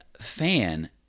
fan